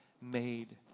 made